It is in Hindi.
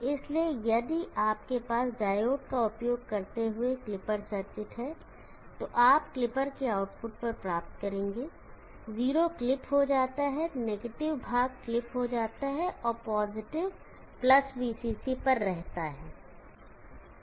इसलिए यदि आपके पास डायोड का उपयोग करते हुए क्लिपर सर्किट हैं तो आप क्लिपर के आउटपुट पर प्राप्त करेंगे 0 क्लिप हो जाता है नेगेटिव भाग क्लिप हो जाता है और पॉजिटिव VCC पर रहता है